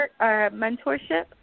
mentorship